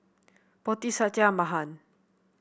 Potti Satya Mahan